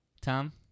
Tom